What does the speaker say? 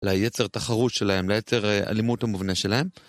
לייצר תחרות שלהם, לייצר אלימות המובנה שלהם.